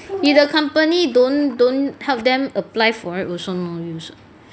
if the company don't don't help them apply for it also no use [what]